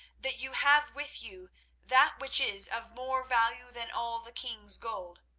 that you have with you that which is of more value than all the king's gold